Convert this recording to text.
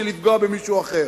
שלא לפגוע במישהו אחר.